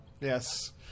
yes